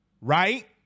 right